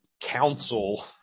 council